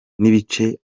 n’ibice